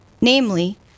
namely